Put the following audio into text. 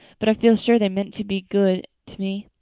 but i feel sure they meant to be good to me.